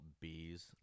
bees